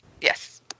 Yes